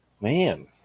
Man